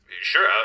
Sure